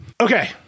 Okay